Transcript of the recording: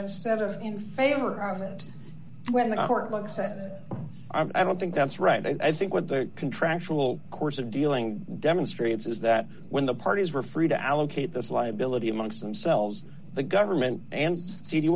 instead of in favor of it when i said i don't think that's right i think with the contractual course of dealing demonstrates is that when the parties were free to allocate this liability amongst themselves the government and